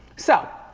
so,